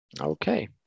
Okay